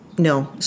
No